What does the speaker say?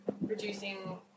reducing